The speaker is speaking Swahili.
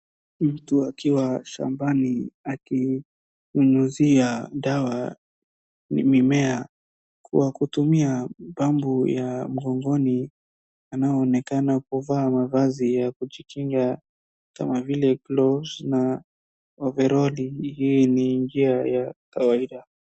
Mtu akiwa shambani akinyunyuzia dawa mimea kwa kutumia pampu ya mgongoni, anaonekana kuvaa mavazi ya kujikinga kama vile glovs na ovaroli , hii ni njia ya kawaida.